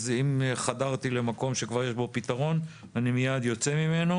אז אם חדרתי למקום שכבר יש בו פתרון אני מייד יוצא ממנו.